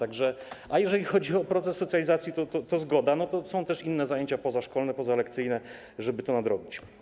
A jeżeli chodzi o proces socjalizacji, to zgoda, są też inne zajęcia pozaszkolne, pozalekcyjne, żeby to nadrobić.